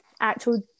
actual